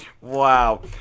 Wow